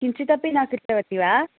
किञ्चिदपि न कृतवती वा